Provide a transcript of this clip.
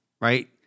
right